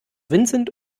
vincent